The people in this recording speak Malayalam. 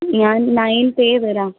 ഞാൻ നയൻത് എ തരാം